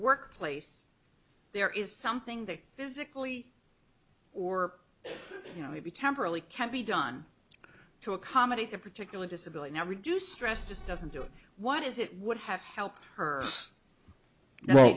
workplace there is something that physically or you know maybe temporarily can be done to accommodate a particular disability or reduce stress just doesn't do it what is it would have helped her as well